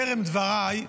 טרם דבריי,